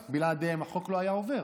בלעדיהם החוק לא היה עובר.